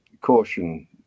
caution